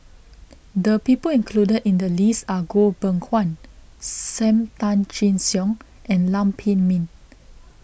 the people included in the list are Goh Beng Kwan Sam Tan Chin Siong and Lam Pin Min